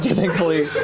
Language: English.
thankfully,